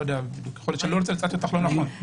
יכול להיות שאני מצטט אותך לא נכון.